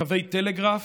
קווי טלגרף"